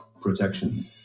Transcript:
protection